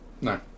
No